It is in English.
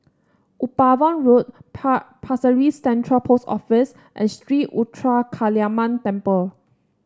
Upavon Road par Pasir Ris Central Post Office and Sri Ruthra Kaliamman Temple